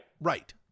right